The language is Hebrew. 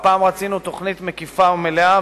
והפעם רצינו תוכנית מקיפה ומלאה,